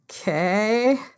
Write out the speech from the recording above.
Okay